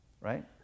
right